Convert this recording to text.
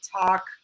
talk